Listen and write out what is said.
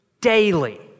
Daily